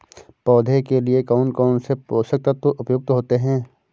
पौधे के लिए कौन कौन से पोषक तत्व उपयुक्त होते हैं?